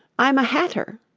i'm a hatter